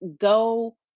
go